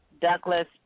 Douglas